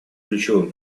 ключевым